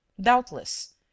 Doubtless